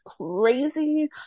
crazy